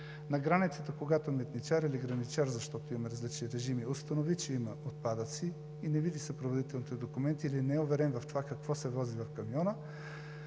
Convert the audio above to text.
На границата, когато митничар или граничар, защото имаме различни режими, установи, че има отпадъци и не види съпроводителните документи или не е уверен в това какво се вози в камиона,